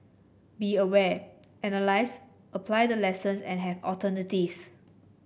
be aware analyse apply the lessons and have alternatives